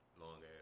long-ass